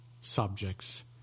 subjects